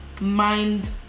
mind